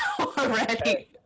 already